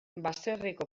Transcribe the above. baserriko